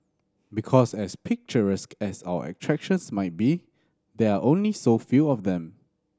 because as picturesque as our attractions might be there are only so few of them